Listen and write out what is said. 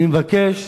אני מבקש,